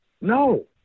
No